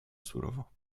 surowo